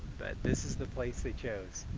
but this is the place they chose.